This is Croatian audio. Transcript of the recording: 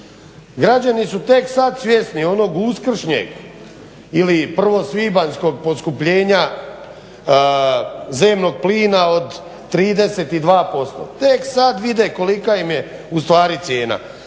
Građani su tek sad svjesni onog uskršnjeg ili prvosvibanjskog poskupljenja zemnog plina od 32%. Tek sad vide kolika im je ustvari cijena,